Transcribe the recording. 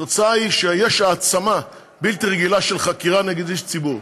התוצאה היא שיש העצמה בלתי רגילה של חקירה נגד איש ציבור,